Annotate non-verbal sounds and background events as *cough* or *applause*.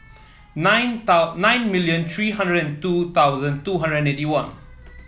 nine *unintelligible* nine million three hundred and two thousand two hundred and eighty one